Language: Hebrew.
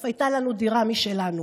אף הייתה לנו דירה משלנו.